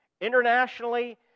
Internationally